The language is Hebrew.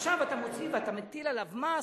עכשיו אתה מוציא ואתה מטיל עליו מס?